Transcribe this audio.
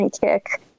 kick